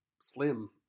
slim